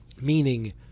Meaning